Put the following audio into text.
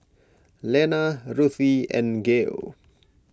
Lenna Ruthie and Gael